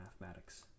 mathematics